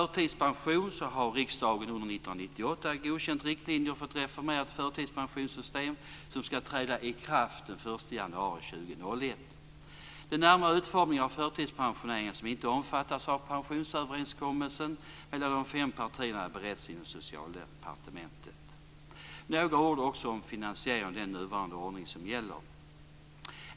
Riksdagen har under 1998 godkänt riktlinjer för ett reformerat förtidspensionssystem som skall träda i kraft den 1 januari 2001. Den närmare utformningen av förtidspensioneringen, som inte omfattas av pensionsöverenskommelsen mellan de fem partierna, bereds inom Socialdepartementet. Jag skall också säga några ord om finansieringen av den nuvarande ordningen.